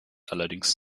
allerdings